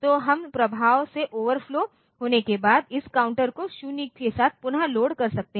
तो हम प्रभाव से ओवरफ्लो होने के बाद इस काउंटर को 0 के साथ पुनः लोड कर सकते हैं